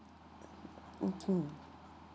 mmhmm